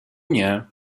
nie